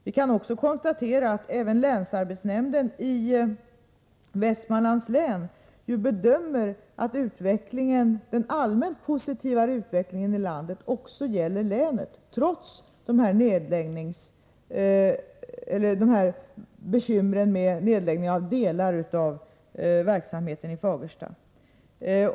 Vi kan konstatera att länsarbetsnämnden i Västmanlands län gör den bedömningen att den allmänt mera positiva utvecklingen i landet också gäller Västmanlands län, trots bekymren där med nedläggningen av delar av verksamheten i Fagersta.